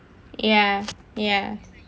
ya ya